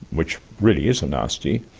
which really is a nasty.